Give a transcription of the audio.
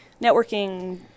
networking